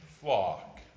flock